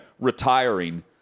retiring